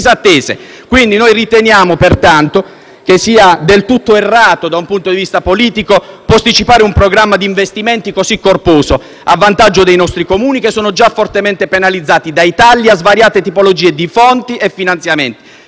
Noi riteniamo pertanto che sia del tutto errato, da un punto di vista politico, posticipare un programma di investimenti così corposo a vantaggio dei nostri Comuni, che sono già fortemente penalizzati dai tagli a svariate tipologie di fondi e finanziamenti.